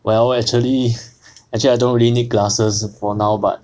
well actually actually I don't really need glasses for now but